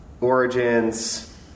origins